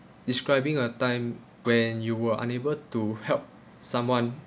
describing a time when you were unable to help someone